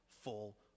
full